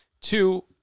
Two